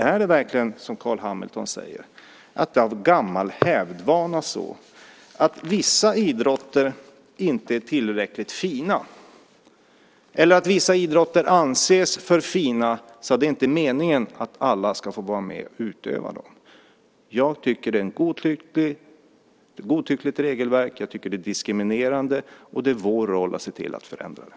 Är det verkligen som Carl B Hamilton säger, att vissa idrotter av gammal hävd inte är tillräckligt fina eller att vissa idrotter anses så fina att det inte är meningen att alla ska få vara med och utöva dem? Jag tycker att det är ett godtyckligt regelverk. Jag tycker att det är diskriminerande. Det är vår roll att se till att förändra det.